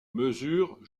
mesurent